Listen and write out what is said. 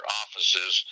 offices